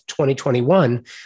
2021